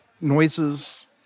Noises